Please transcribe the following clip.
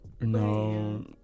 No